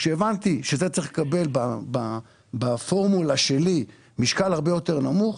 כשהבנתי שזה צריך לקבל בפורמולה שלי משקל הרבה יותר נמוך,